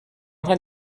train